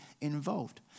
involved